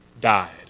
died